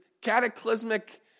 cataclysmic